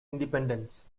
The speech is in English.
independence